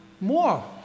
more